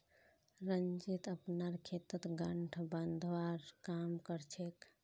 रंजीत अपनार खेतत गांठ बांधवार काम कर छेक